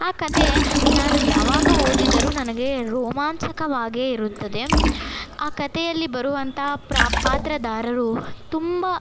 ಆ ಕತೆ ನಾನು ಯಾವಾಗ ಓದಿದರೂ ನನಗೆ ರೋಮಾಂಚಕವಾಗಿಯೇ ಇರುತ್ತದೆ ಆ ಕತೆಯಲ್ಲಿ ಬರುವಂಥ ಪ್ರಾ ಪಾತ್ರದಾರರು ತುಂಬ